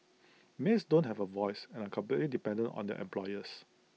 maids don't have A voice and are completely dependent on their employers